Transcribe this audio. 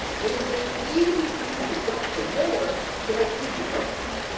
then it is easy for you to jump from there to make these assumptions.